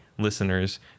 listeners